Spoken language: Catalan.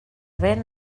vent